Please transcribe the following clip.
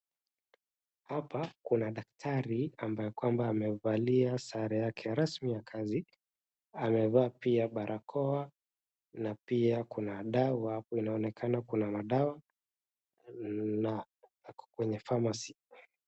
Hapa kuna dakitari ambaye kwamba amevalia sare yake rasmi ya kazi, amevaa pia barakoa na pia kuna dawa hapo inaonekana kuna madawa na ako kwenye pharmacy .